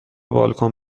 بالکن